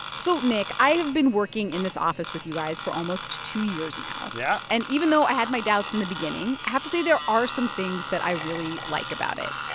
so nick, i have been working in this office with you guys for almost two years now yeah and, even though i had my doubts in the beginning, i have to say there are some things that i really like about it.